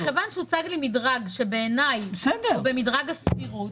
מכיוון שהוצג לי מדרג שבעיניי הוא במדרג הסבירות,